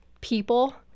people